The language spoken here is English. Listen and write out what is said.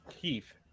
Keith